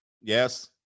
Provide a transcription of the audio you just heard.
Yes